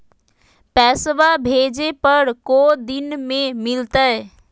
पैसवा भेजे पर को दिन मे मिलतय?